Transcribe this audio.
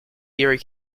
erie